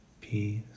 peace